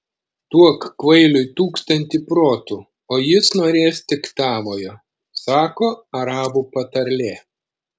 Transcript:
duok kvailiui tūkstantį protų o jis norės tik tavojo sako arabų patarlė